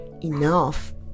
enough